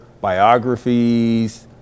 biographies